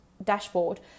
dashboard